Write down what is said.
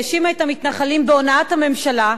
שהאשימה את המתנחלים בהונאת הממשלה,